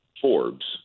Forbes